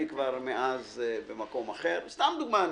אני מאז כבר במקום אחר", אני מציג סתם דוגמה,